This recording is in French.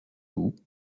loup